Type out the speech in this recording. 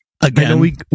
again